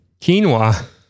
Quinoa